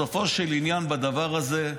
בסופו של עניין, בדבר הזה,